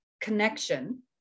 connection